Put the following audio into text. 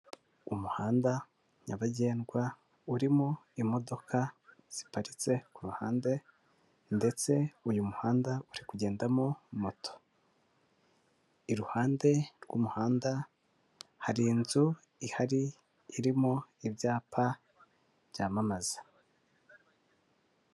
Umuhanda nyabagendwa urimo imodoka ziparitse ku ruhande ndetse uyu muhanda uri kugendamo moto, iruhande rw'umuhanda hari inzu ihari irimo ibyapa byamamaza.